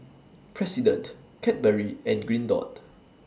President Cadbury and Green Dot